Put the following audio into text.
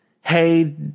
Hey